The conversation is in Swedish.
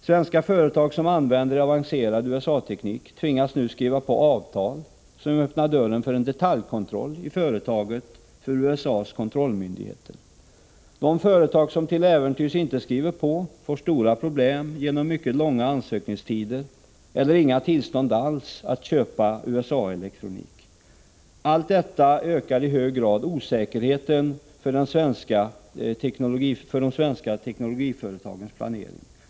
Svenska företag som använder avancerad USA-teknik tvingas nu skriva på avtal som öppnar dörren för USA:s kontrollmyndigheter när det gäller att göra en detaljkontroll i företaget. De företag som till äventyrs inte skriver på får stora problem genom mycket långa ansökningstider — eller får inga tillstånd alls att köpa USA-elektronik. Allt detta ökar i hög grad osäkerheten för de svenska teknologiföretagens planering.